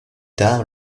tard